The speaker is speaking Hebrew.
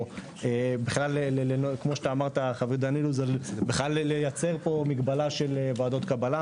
או בכלל כמו שאמרת בכלל לייצר פה מגבלה של ועדות קבלה.